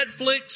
Netflix